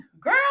Girl